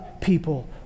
people